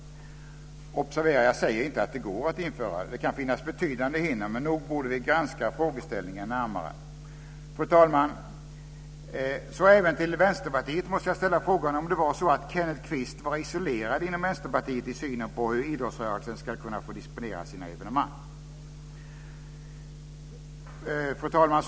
Observera att jag inte säger att det går. Det kan finnas betydande hinder. Men nog borde vi granska frågeställningen närmare. Fru talman! Även till Vänsterpartiet måste jag därför ställa frågan om det var så att Kenneth Kvist var isolerad inom partiet i synen på hur idrottsrörelsen ska kunna få disponera sina evenemang. Fru talman!